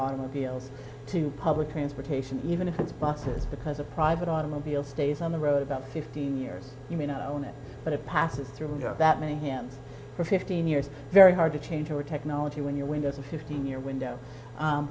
automobiles to public transportation even if it's buses because a private automobile stays on the road about fifteen years you may not own it but it passes through that many hands for fifteen years very hard to change your technology when your windows a fifteen year window